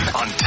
on